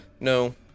no